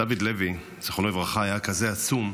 שדוד לוי, זיכרונו לברכה, היה כזה עצום,